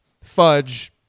fudge